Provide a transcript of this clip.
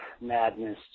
madness